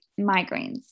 migraines